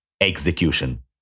Execution